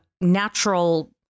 natural